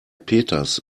peters